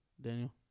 Daniel